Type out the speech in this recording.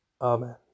Amen